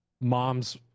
moms